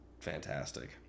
Fantastic